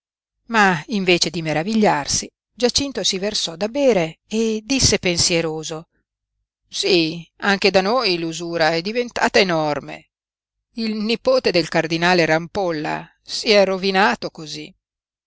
ma invece di meravigliarsi giacinto si versò da bere e disse pensieroso sí anche da noi l'usura è diventata enorme il nipote del cardinale rampolla si è rovinato cosí